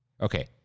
Okay